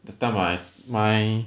that time I my